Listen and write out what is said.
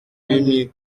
mille